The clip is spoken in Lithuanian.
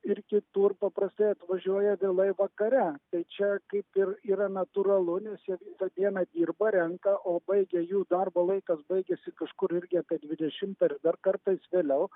ir kitur paprastai atvažiuoja vėlai vakare tai čia kaip ir yra natūralu nes jie tą dieną dirba renka o baigia jų darbo laikas baigiasi kažkur irgi apie dvidešimtą ar dar kartais vėliau